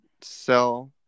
sell